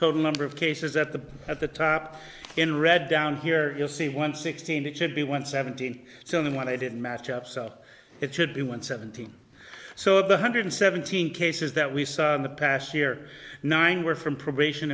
total number of cases at the at the top in red down here you see one sixteen that should be one seventeen so then what i didn't match up so it should be one seventeen so the hundred seventeen cases that we saw in the past year nine were from probation